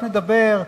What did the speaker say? רק נדבר,